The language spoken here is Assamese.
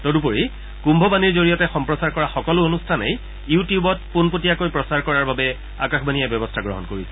তদুপৰি কুম্ভবাণীৰ জৰিয়তে সম্প্ৰচাৰ কৰা সকলো অনুষ্ঠানেই ইউ টিউবত পোনপটীয়াকৈ প্ৰচাৰ কৰাৰ বাবে আকাশবাণীয়ে ব্যৱস্থা গ্ৰহণ কৰিছে